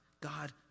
God